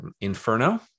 Inferno